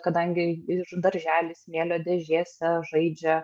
kadangi ir daržely smėlio dėžėse žaidžia